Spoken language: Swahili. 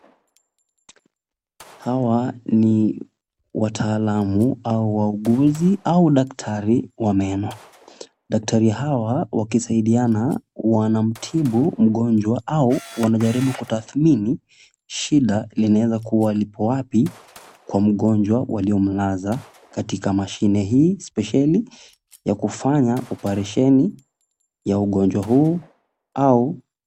Hawa ni wataalamu au wauguzi au daktari wa meno. Daktari hawa wakisaidiana wanamtibu mgonjwa au wanajaribu kutathmini shida linawezakuwa lipo wapi kwa mgonjwa waliomlaza katika mashine hii spesheli ya kufanya oparesheni ya ugonjwa huu au...